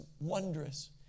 wondrous